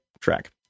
track